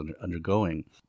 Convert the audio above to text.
undergoing